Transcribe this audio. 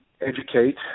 educate